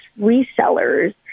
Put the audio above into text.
resellers